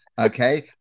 Okay